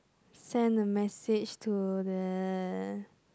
send a message to the